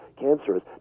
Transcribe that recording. cancerous